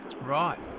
Right